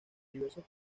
diversos